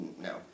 No